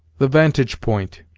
the vantage point